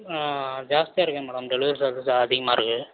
on ஜாஸ்தியாக இருக்கே madam delivery charge வந்து அதிகமாக இருக்கு